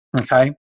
Okay